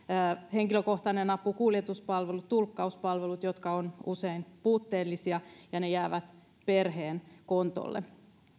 henkilökohtainen apu kuljetuspalvelut tulkkauspalvelut jotka ovat usein puutteellisia ja ne jäävät perheen kontolle